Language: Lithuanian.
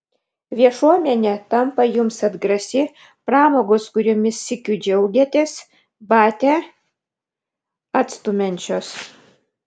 viešuomenė tampa jums atgrasi pramogos kuriomis sykiu džiaugėtės bate atstumiančios